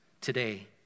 today